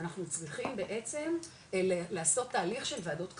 אנחנו צריכים בעצם לעשות תהליך של וועדות קבלה,